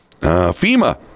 FEMA